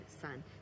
son